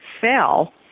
fell